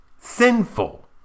sinful